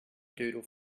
doodle